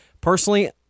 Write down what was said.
personally